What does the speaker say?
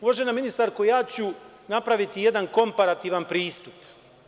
Uvažena ministarko, napravi ću jedan komparativan pristup.